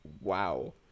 Wow